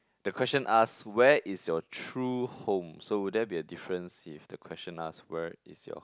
the question ask where is your true home so will there be a difference if the question ask where is your